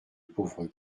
pauvre